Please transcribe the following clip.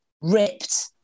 ripped